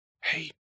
Hey